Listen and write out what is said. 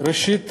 ראשית